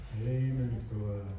Amen